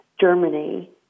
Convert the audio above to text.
Germany